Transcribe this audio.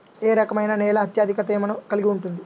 ఏ రకమైన నేల అత్యధిక తేమను కలిగి ఉంటుంది?